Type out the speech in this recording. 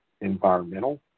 environmental